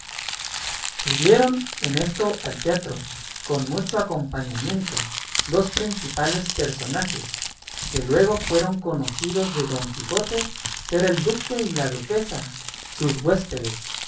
subieron en esto al teatro con mucho acompañamiento dos principales personajes que luego fueron conocidos de don quijote ser el duque y la duquesa sus huéspedes